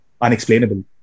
unexplainable